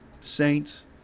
saints